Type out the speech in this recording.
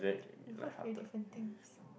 we watch very different things